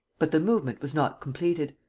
but the movement was not completed.